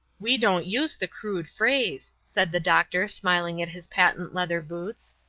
we don't use the crude phrase, said the doctor, smiling at his patent-leather boots.